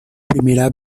primera